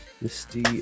Misty